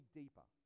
deeper